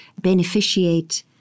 beneficiate